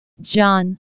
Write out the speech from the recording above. John